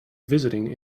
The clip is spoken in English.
visiting